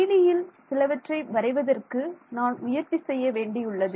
3D யில் சிலவற்றை வரைவதற்கு நான் முயற்சி செய்ய வேண்டியுள்ளது